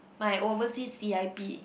my overseas C_I_P